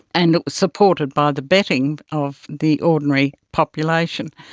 and it was supported by the betting of the ordinary population.